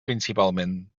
principalment